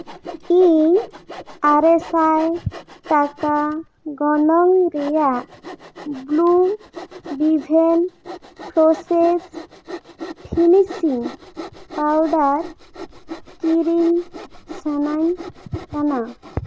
ᱤᱧ ᱟᱨᱮ ᱥᱟᱭ ᱴᱟᱠᱟ ᱜᱚᱱᱚᱝ ᱨᱮᱭᱟᱜ ᱵᱩᱞᱩ ᱦᱮᱵᱷᱮᱱ ᱯᱷᱞᱮᱱᱞᱮᱥ ᱯᱷᱤᱱᱤᱥᱤᱝ ᱯᱟᱣᱰᱟᱨ ᱠᱤᱨᱤᱧ ᱥᱟᱱᱟᱧ ᱠᱟᱱᱟ